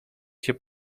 się